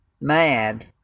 mad